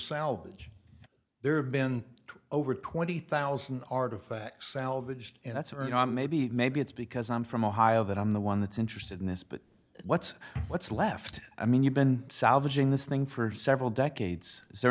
salvage there been over twenty thousand artifacts salvaged and that's or not maybe maybe it's because i'm from ohio that i'm the one that's interested in this but what's what's left i mean you've been salvaging this thing for several decades is there